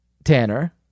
tanner